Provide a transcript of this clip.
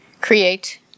create